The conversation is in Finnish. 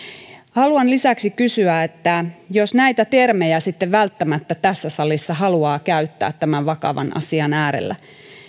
haluan lisäksi kysyä että jos näitä termejä sitten välttämättä tässä salissa haluaa käyttää tämän vakavan asian äärellä